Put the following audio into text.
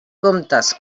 comptes